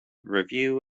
review